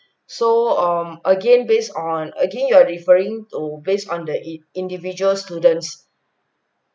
so um again based on again you are referring to based on the ind~ individual students